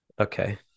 Okay